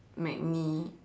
magni~